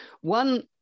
One